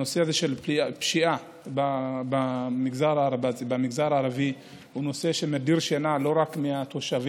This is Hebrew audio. הנושא הזה של פשיעה במגזר הערבי הוא נושא שמדיר שינה לא רק מהתושבים